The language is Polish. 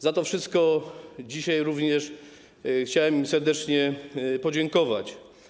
Za to wszystko dzisiaj również chciałem im serdecznie podziękować.